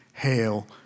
Hail